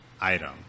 item